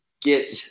Get